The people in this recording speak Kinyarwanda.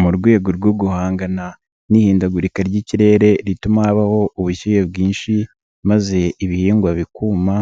Mu rwego rwo guhangana n'ihindagurika ry'ikirere rituma habaho ubushyuhe bwinshi maze ibihingwa bikuma,